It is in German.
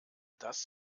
das